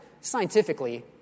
Scientifically